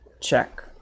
check